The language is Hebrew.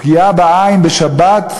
פגיעה בעין בשבת,